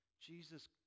Jesus